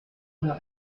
oder